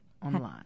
online